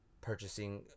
purchasing